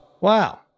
Wow